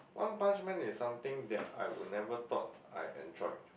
one punch man is something that I would never thought I enjoyed